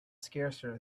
scarcer